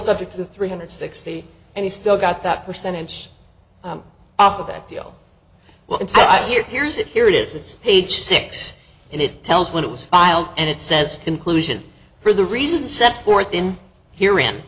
subject to three hundred sixty and he still got that percentage off of that deal well inside here here's it here it is it's page six and it tells what it was filed and it says conclusion for the reasons set forth in here in